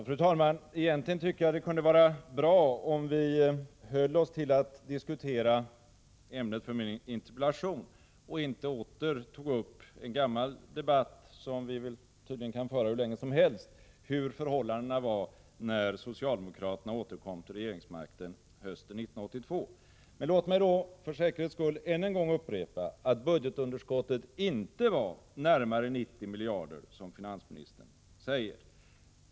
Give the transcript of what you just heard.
Fru talman! Egentligen tycker jag att det kunde vara bra om vi höll oss till att diskutera ämnet för min interpellation och inte åter tog upp en gammal debatt, som vi tydligen kan föra hur länge som helst, om hur förhållandena var när socialdemokraterna återkom till regeringsmakten hösten 1982. Låt mig för säkerhets skull än en gång upprepa att budgetunderskottet inte var närmare 90 miljarder, som finansministern säger.